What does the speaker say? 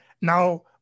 now